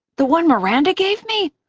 the one miranda gave me?